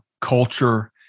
Culture